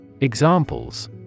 Examples